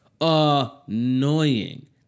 annoying